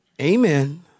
Amen